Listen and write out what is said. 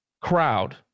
crowd